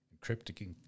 Cryptic